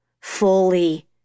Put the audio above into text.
fully